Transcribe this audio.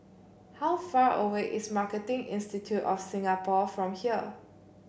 how far away is Marketing Institute of Singapore from here